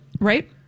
Right